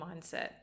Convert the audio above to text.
mindset